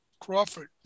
Crawford